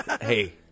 Hey